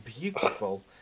beautiful